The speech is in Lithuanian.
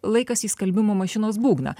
laikas į skalbimo mašinos būgną